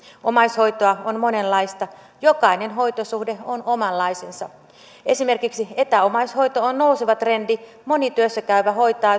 omaishoitoa on monenlaista jokainen hoitosuhde on omanlaisensa esimerkiksi etäomaishoito on nouseva trendi moni työssäkäyvä hoitaa